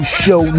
show